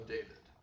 David